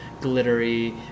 Glittery